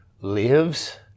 lives